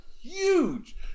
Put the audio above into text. huge